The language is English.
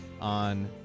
on